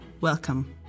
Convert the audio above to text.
welcome